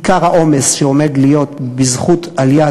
עיקר העומס שעומד להיות בזכות עליית